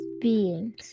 beings